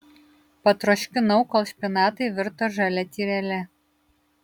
patroškinau kol špinatai virto žalia tyrele